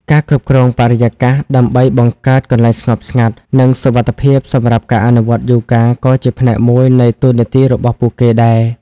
ការ គ្រប់គ្រងបរិយាកាស ដើម្បីបង្កើតកន្លែងស្ងប់ស្ងាត់ និងសុវត្ថិភាពសម្រាប់ការអនុវត្តយូហ្គាក៏ជាផ្នែកមួយនៃតួនាទីរបស់ពួកគេដែរ។